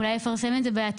אולי לפרסם את זה בטלוויזיה,